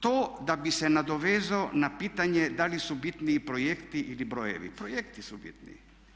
To da bi se nadovezao na pitanje da li su bitniji projekti ili brojevi, projekti su bitniji.